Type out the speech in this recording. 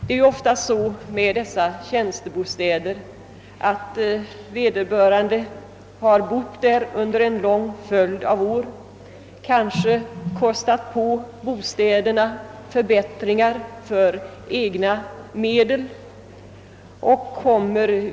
Vederbörande har ofta bott i sin tjänstebostad under en lång följd av år och har med egna medel i många fall bekostat förbättringar av den.